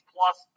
Plus